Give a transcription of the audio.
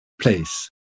place